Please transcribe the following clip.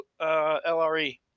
LRE